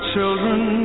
children